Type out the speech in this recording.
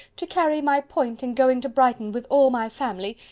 to carry my point in going to brighton, with all my family,